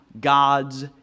God's